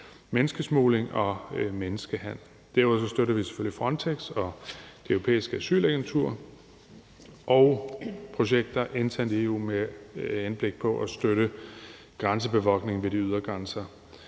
menneskesmugling og menneskehandel. Derudover støtter vi selvfølgelig Frontex og det europæiske asylagentur og projekter internt i EU med henblik på at støtte grænsebevogtningen ved de ydre grænser.